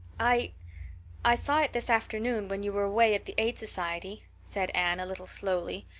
i i saw it this afternoon when you were away at the aid society, said anne, a little slowly.